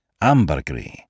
Ambergris